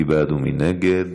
מי בעד ומי נגד?